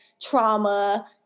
trauma